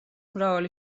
მრავალი